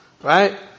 Right